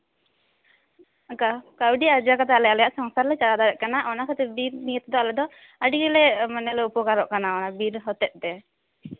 ᱚᱱᱠᱟ ᱠᱟᱹᱣᱰᱤ ᱟᱨᱡᱟᱣ ᱠᱟᱛᱮᱫ ᱟᱞᱮ ᱟᱞᱮᱭᱟᱜ ᱥᱚᱝᱥᱟᱨ ᱞᱮ ᱪᱟᱞᱟᱣ ᱫᱟᱲᱮᱭᱟᱜ ᱠᱟᱱᱟ ᱚᱱᱟ ᱠᱷᱟᱹᱛᱤᱨ ᱵᱤᱨ ᱱᱤᱭᱮ ᱛᱮᱫᱚ ᱟᱞᱮ ᱫᱚ ᱟᱹᱰᱤ ᱜᱮᱞᱮ ᱢᱟᱱᱮ ᱞᱮ ᱩᱯᱚᱠᱟᱨᱚᱜ ᱠᱟᱱᱟ ᱚᱱᱟ ᱵᱤᱨ ᱦᱚᱛᱮᱛᱮ